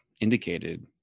indicated